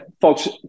folks